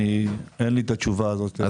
אין לי את התשובה לכך.